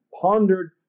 pondered